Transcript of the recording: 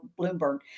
Bloomberg